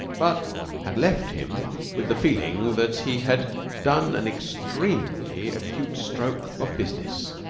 but had left him with the feeling that he had done an extremely acute stroke of business.